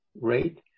rate